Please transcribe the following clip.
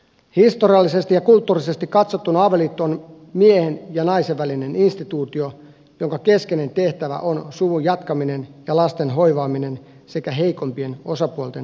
historiallisesti ja kulttuurisesti katsottuna avioliitto on miehen ja naisen välinen instituutio jonka keskeinen tehtävä on suvun jatkaminen ja lasten hoivaaminen sekä heikompien osapuolten suojelu